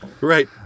right